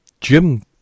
Jim